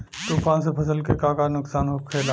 तूफान से फसल के का नुकसान हो खेला?